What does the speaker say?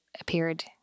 appeared